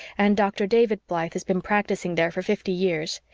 and dr. david blythe has been practicing there for fifty years.